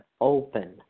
open